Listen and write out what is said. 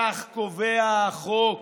כך קובע החוק,